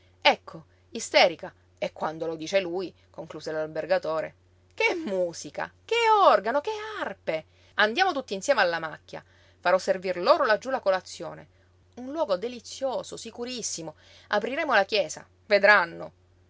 ecco isterica e quando lo dice lui concluse l'albergatore che musica che organo che arpe andiamo tutti insieme alla macchia farò servir loro laggiú la colazione un luogo delizioso sicurissimo apriremo la chiesa vedranno